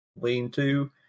lean-to